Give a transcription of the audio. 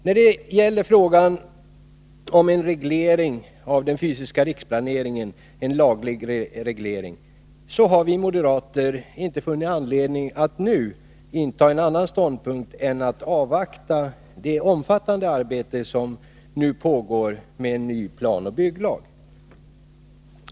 När det gäller frågan om lagreglering av den fysiska riksplaneringen har vi moderater inte funnit anledning att nu inta en annan ståndpunkt än att avvakta det omfattande arbete som pågår med en ny planoch bygglag.